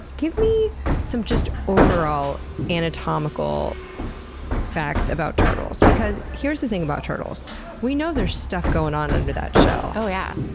give me some overall anatomical facts about turtles, because here's the thing about turtles we know there's stuff going on under that shell. oh yeah!